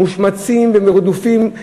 מושמצים ורדופים,